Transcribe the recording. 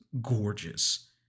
gorgeous